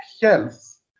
health